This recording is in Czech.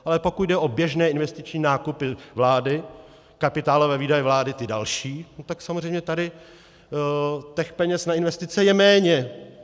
Ale pokud jde o běžné investiční nákupy vlády, kapitálové výdaje vlády ty další, tak samozřejmě tady těch peněz na investice je méně.